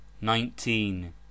nineteen